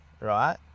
right